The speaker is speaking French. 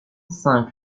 cinq